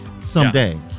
someday